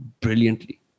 Brilliantly